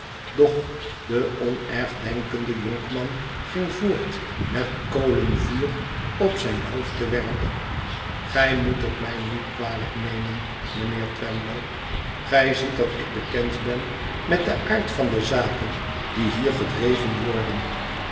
doch de onergdenkende jonkman ging voort met kolen vuur op zijn hoofd te werpen gij moet het mij niet kwalijk nemen mijnheer twemlow gij ziet dat ik bekend ben met den aard van de zaken die hier gedreven worden